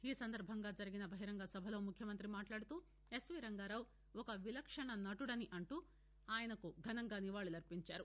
ఈ సందర్బంగా జరిగిన బహిరంగ సభలో ముఖ్యమంత్రి మాట్లాడుతూ ఎస్వీ రంగారావు ఒక విలక్షణ నటుడని అంటూ ఆయనకు ఘనంగా నివాళులర్పించారు